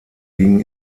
gingen